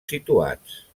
situats